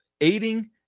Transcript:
aiding